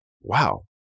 wow